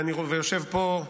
יושב פה,